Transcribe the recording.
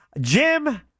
Jim